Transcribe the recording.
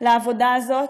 לעבודה הזאת.